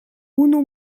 unu